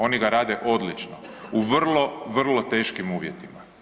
Oni ga rade odlično u vrlo, vrlo teškim uvjetima.